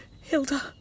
Hilda